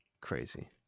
crazy